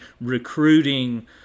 recruiting